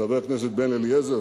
חבר הכנסת בן-אליעזר,